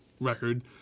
record